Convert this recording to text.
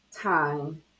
time